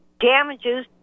Damages